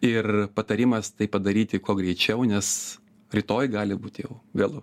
ir patarimas tai padaryti kuo greičiau nes rytoj gali būti jau vėlu